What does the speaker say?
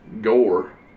gore